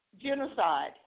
genocide